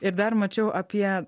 ir dar mačiau apie